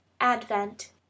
Advent